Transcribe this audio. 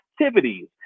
activities